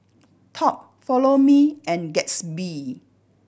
Top Follow Me and Gatsby